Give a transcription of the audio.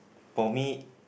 for me